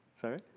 Sorry